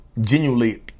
genuinely